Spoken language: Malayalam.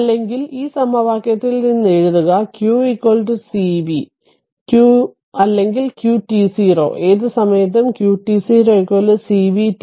അല്ലെങ്കിൽ ഈ സമവാക്യത്തിൽ നിന്ന് എഴുതുക q cv അല്ലെങ്കിൽ qt0 ഏത് സമയത്തും qt0 c vt0